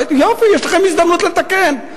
יופי, יש לכם הזדמנות לתקן.